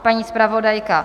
Paní zpravodajka?